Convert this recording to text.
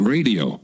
Radio